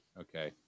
Okay